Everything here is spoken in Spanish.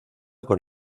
con